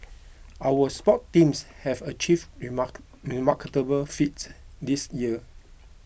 our sports teams have achieved remark remarkable feats this year